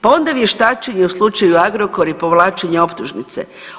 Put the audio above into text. Pa onda vještačenje u slučaju Agrokor i povlačenje optužnice.